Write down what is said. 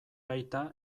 aita